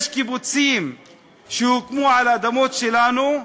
יש קיבוצים שהוקמו על אדמות שלנו,